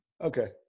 Okay